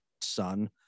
son